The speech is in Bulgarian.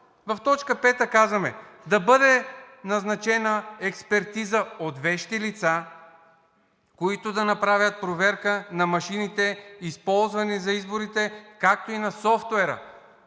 в точка пета казваме: „Да бъде назначена експертиза от вещи лица, които да направят проверка на машините, използвани за изборите, както и на софтуера.“